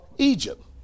Egypt